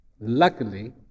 luckily